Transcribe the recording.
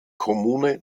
kommune